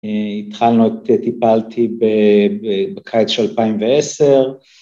התחלנו את, טיפלתי בקיץ של 2010.